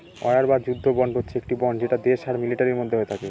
war বা যুদ্ধ bond হচ্ছে একটি বন্ড যেটা দেশ আর মিলিটারির মধ্যে হয়ে থাকে